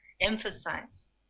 emphasize